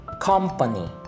company